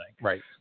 Right